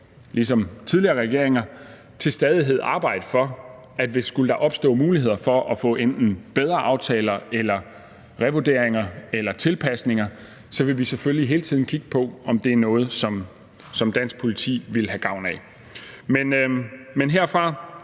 ligesom tidligere regeringer til stadighed arbejde for, at skulle der opstå muligheder for at få enten bedre aftaler eller revurderinger eller tilpasninger, så vil vi selvfølgelig hele tiden kigge på, om det er noget, som dansk politi ville have gavn af. Men herfra